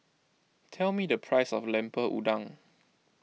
tell me the price of Lemper Udang